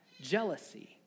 Jealousy